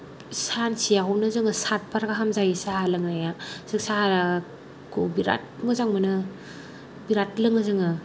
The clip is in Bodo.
सानसेयावनो जोङो सातबार गाहाम जायो साहा लोंनाया जों साहाखौ बिराद मोजां मोनो बिराद लोङो जोङो